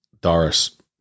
Doris